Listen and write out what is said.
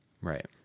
right